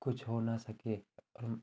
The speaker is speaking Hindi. कुछ हो ना सके हम